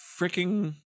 freaking